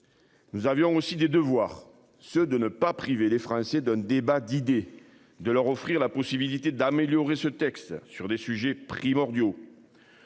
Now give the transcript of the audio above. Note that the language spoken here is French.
Nous avions aussi des devoirs. Ceux de ne pas priver les Français d'un débat d'idées, de leur offrir la possibilité d'améliorer ce texte sur des sujets primordiaux.